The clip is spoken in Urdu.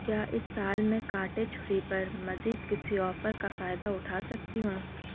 کیا اس سال میں کانٹے چھری پر مزید کسی آفر کا فائدہ اٹھا سکتی ہوں